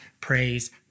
praise